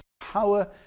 power